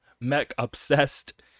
mech-obsessed